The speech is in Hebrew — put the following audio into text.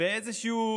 באיזשהו